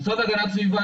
המשרד להגנת הסביבה,